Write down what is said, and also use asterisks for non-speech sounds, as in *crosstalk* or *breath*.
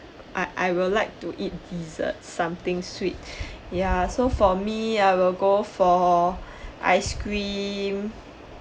I I will like to eat dessert something sweet *breath* ya so for me I will go for *breath* ice cream